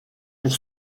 pour